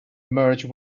merge